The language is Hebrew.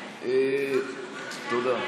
תודה.